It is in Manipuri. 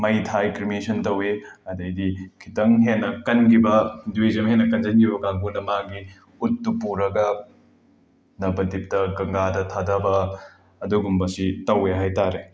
ꯃꯩ ꯊꯥꯏ ꯀ꯭ꯔꯤꯃꯦꯁꯟ ꯇꯧꯋꯤ ꯑꯗꯒꯤꯗꯤ ꯈꯤꯇꯪ ꯍꯦꯟꯅ ꯀꯟꯈꯤꯕ ꯍꯤꯟꯗꯨꯏꯖꯝ ꯍꯦꯟꯅ ꯀꯟꯖꯟꯈꯤꯕ ꯀꯥꯡꯕꯨꯅ ꯃꯥꯒꯤ ꯎꯠꯇꯨ ꯄꯨꯔꯒ ꯅꯕꯗꯤꯞꯇ ꯒꯪꯒꯥꯗ ꯊꯥꯊꯕ ꯑꯗꯨꯒꯨꯝꯕꯁꯤ ꯇꯧꯋꯦ ꯍꯥꯏ ꯇꯥꯔꯦ